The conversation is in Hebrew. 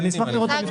אני אשמח לראות אותו.